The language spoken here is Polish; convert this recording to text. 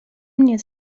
mnie